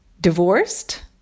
divorced